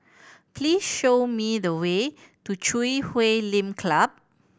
please show me the way to Chui Huay Lim Club